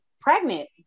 pregnant